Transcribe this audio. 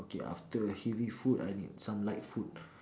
okay after heavy food I need some light food